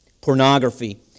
pornography